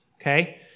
okay